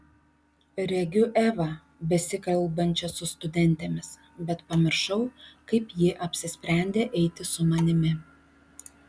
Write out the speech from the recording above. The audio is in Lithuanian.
regiu evą besikalbančią su studentėmis bet pamiršau kaip ji apsisprendė eiti su manimi